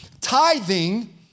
Tithing